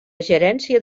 gerència